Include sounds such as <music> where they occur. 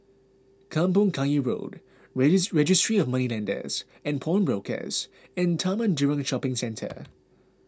Kampong Kayu Road <unintelligible> Registry of Moneylenders and Pawnbrokers and Taman Jurong Shopping Centre <noise>